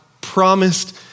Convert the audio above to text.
promised